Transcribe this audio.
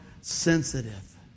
sensitive